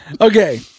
Okay